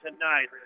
tonight